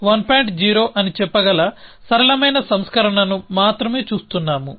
0 అని చెప్పగల సరళమైన సంస్కరణను మాత్రమే చూస్తున్నాము